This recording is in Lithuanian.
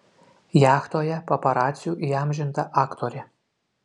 jachtoje paparacių įamžinta aktorė